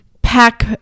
Pack